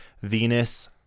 Venus